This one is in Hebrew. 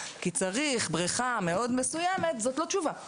כי צריך בריכה מאוד מסוימת זאת לא תשובה.